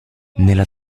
nella